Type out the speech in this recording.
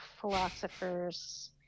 philosophers